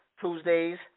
Tuesdays